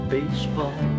Baseball